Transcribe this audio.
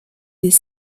des